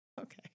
Okay